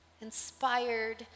inspired